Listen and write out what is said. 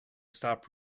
stop